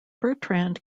bertrand